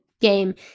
game